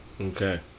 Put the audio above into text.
Okay